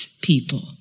people